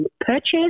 purchase